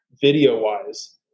video-wise